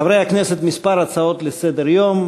חברי הכנסת, כמה הצעות לסדר-היום.